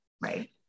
Right